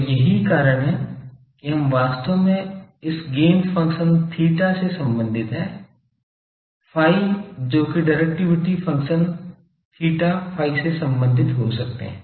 तो यही कारण है कि हम वास्तव में इस गैन फंक्शन theta से संबंधित हैं phi जो कि डिरेक्टिविटी फंक्शन theta phi से संबंधित हो सकते हैं